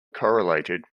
correlated